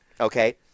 okay